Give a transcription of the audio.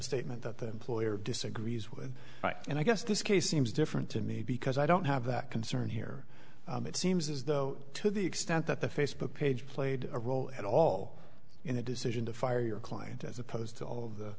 statement that the employer disagrees with and i guess this case seems different to me because i don't have that concern here it seems as though to the extent that the facebook page played a role at all in the decision to fire your client as opposed to all of the